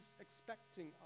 expecting